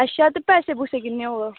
अच्छा ते पैसे किन्ने होग